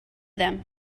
them